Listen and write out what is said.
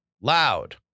Loud